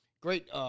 Great